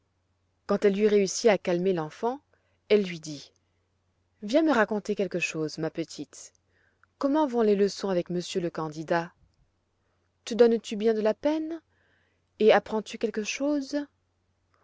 quand elle eut réussi à calmer l'enfant elle lui dit viens me raconter quelque chose ma petite comment vont les leçons avec monsieur le candidat te donnes-tu bien de la peine et apprends tu quelque chose